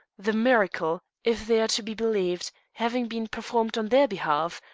the miracle, if they are to be believed, having been performed on their behalf,